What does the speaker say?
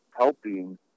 helping